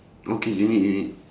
okay you need you need